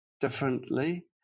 differently